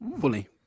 Fully